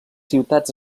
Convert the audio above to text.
ciutats